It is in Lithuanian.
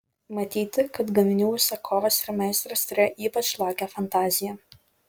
matyti kad gaminių užsakovas ir meistras turėjo ypač lakią fantaziją